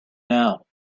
now